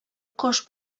кош